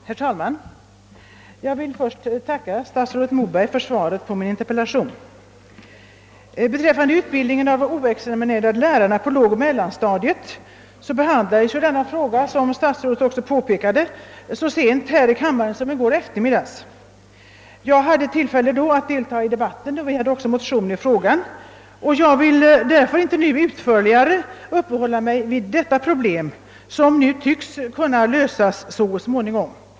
Herr talman! Jag vill först tacka statsrådet Moberg för svaret på min interpellation. Beträffande utbildningen av de oexaminerade lärarna på lågoch mellanstadiet behandlades denna fråga, såsom statsrådet också påpekade, så sent här i kammaren som i går eftermiddag. Jag hade då tillfälle att deltaga i debatten. Vi hade också avlämnat en motion i frågan. Jag vill därför nu inte utförligare uppehålla mig vid detta problem, som ju tycks kunna lösas så småningom.